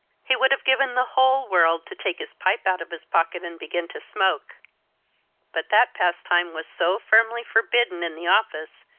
he would have given the whole world to take his pipe out of his pocket and begin to smoke but that pastime was so firmly forbidden in the office,